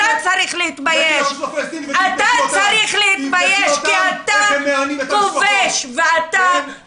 אתה צריך להתבייש כי אתה כובש ואתה